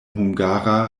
hungara